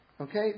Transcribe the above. okay